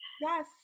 Yes